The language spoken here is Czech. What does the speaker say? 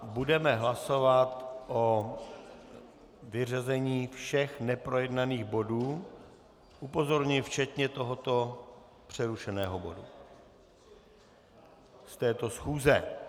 Budeme hlasovat o vyřazení všech neprojednaných bodů, upozorňuji, včetně tohoto přerušeného bodu z této schůze.